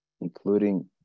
including